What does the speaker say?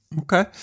Okay